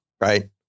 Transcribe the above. right